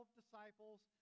disciples